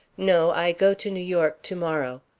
no i go to new york to-morrow.